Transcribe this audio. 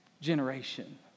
generation